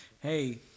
Hey